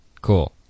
Cool